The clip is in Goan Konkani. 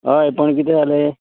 हय पण कितें जालें